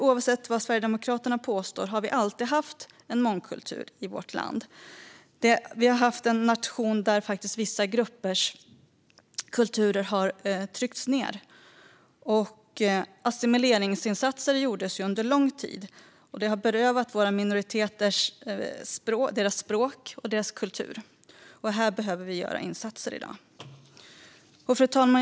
Oavsett vad Sverigedemokraterna påstår har vi nämligen alltid haft mångkultur i vårt land. Sverige har varit en nation där vissa gruppers kulturer har tryckts ned och där assimileringsinsatser gjordes under lång tid. Det har berövat våra minoriteter deras språk och kultur. Här behöver vi göra insatser i dag. Fru talman!